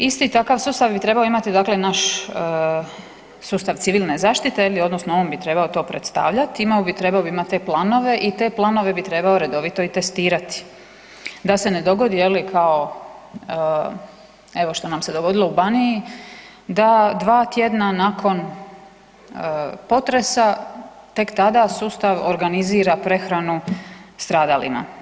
Isti takav sustav bi trebao imati, dakle naš sustav Civilne zaštite, odnosno on bi to trebao predstavljati, imao bi, trebao bi imati te planove i te planove trebao bi redovito i testirati da se ne dogodi kao evo što nam se dogodilo u Baniji, da dva tjedna nakon potresa tek tada sustav organizira prehranu stradalima.